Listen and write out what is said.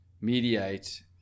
mediate